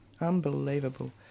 Unbelievable